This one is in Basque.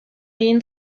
egin